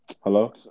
Hello